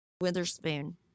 Witherspoon